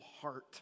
heart